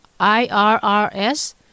IRRS